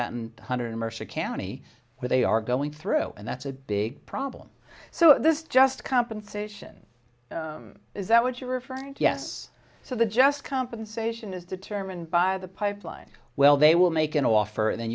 one hundred mercer county where they are going through and that's a big problem so this just compensation is that what you're referring to yes so the just compensation is determined by the pipeline well they will make an offer and then